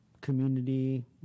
community